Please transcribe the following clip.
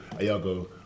Iago